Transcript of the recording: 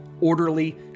orderly